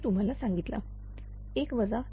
हा मी तुम्हाला सांगितला 1 FHP